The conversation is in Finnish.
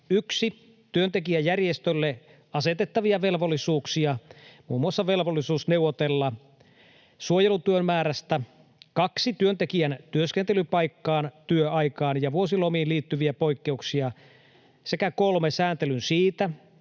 1) työntekijäjärjestölle asetettavia velvollisuuksia, muun muassa velvollisuus neuvotella suojelutyön määrästä, 2) työntekijän työskentelypaikkaan, työaikaan ja vuosilomiin liittyviä poikkeuksia sekä 3) sääntelyn siitä,